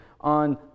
on